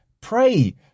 pray